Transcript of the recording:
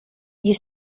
you